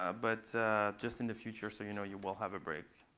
ah but just in the future, so you know you will have a break.